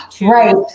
Right